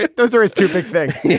yeah those are his two big things. yeah